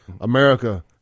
America